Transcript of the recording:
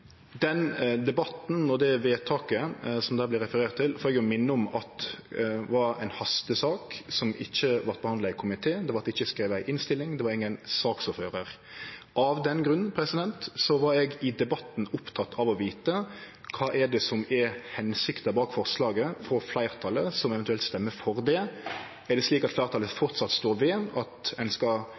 Den debatten og det vedtaket som det her vert referert til, får eg minne om at var ei hastesak som ikkje vart behandla i komité. Det vart ikkje skrive ei innstilling, og det var ingen saksordførar. Av den grunnen var eg i debatten oppteken av å vite kva som var formålet med forslaget frå fleirtalet som eventuelt stemte for det. Var det slik at fleirtalet framleis stod ved at ein skal